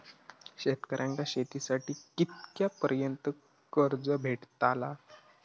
शेतकऱ्यांका शेतीसाठी कितक्या पर्यंत कर्ज भेटताला?